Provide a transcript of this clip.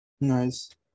nice